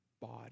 body